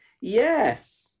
yes